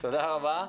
תודה רבה.